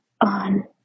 on